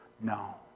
No